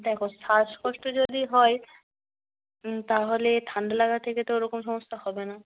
দেখো শ্বাসকষ্ট যদি হয় তাহলে ঠান্ডা লাগা থেকে তো ওরকম সমস্যা হবে না